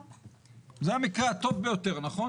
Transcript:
זה המקרה הטוב ביותר, נכון?